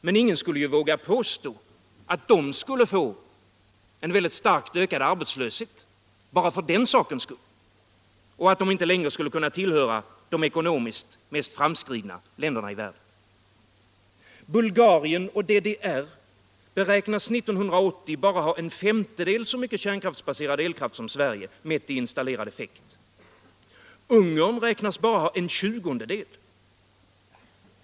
Men ingen skulle ju våga påstå att dessa länder skulle få en väldigt starkt ökad arbetslöshet bara för den sakens skull och att de inte längre skulle kunna tillhöra de ekonomiskt mest framskridna länderna i världen. Bulgarien och DDR beräknas 1980 ha en femtedel så mycket kärnkraftsbaserad elkraft som Sverige, mätt i installerad effekt, och Ungern beräknas ha bara en tjugondedel.